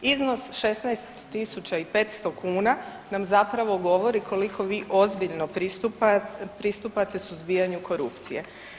Iznos 16.500 kuna nam zapravo govori koliko vi ozbiljno pristupate suzbijanju korupcije.